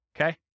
okay